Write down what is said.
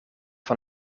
van